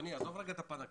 עזוב רגע את הפן הכלכלי.